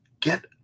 get